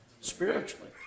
spiritually